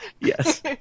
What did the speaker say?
Yes